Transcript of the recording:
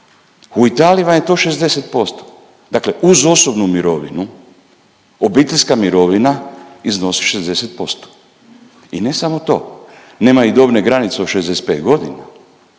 u Italiji vam je to 60%, dakle uz osobnu mirovinu obiteljska mirovina iznosi 60%. I ne samo to, nema i dobne granice od 65.g.,